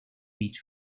beat